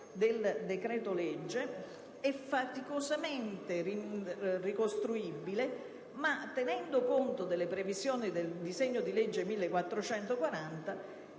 del decreto-legge è faticosamente ricostruibile ma, tenendo conto delle previsioni del disegno di legge n.